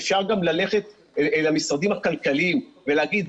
אפשר גם ללכת למשרדים הכלכליים ולהגיד,